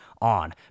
On